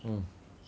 mm